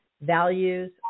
values